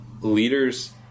leaders